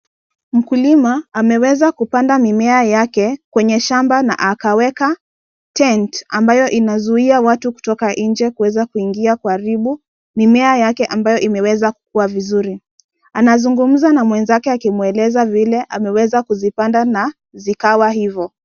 Mkulima ameweza kupanda mimea yake kwenye shamba na akaweka tent ,ambayo inazuia watu kutoka nje kuweza kuingia na kuharibu mimea yake ambayo imeweza kukua vizuri. Anazungumza na mwenzake, akimweleza vile ameweza kuzipanda na zikawa hivo.